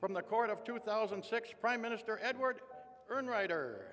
from the court of two thousand and six prime minister edward urn writer